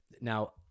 Now